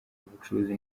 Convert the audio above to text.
ubucuruzi